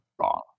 wrong